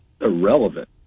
irrelevant